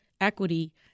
equity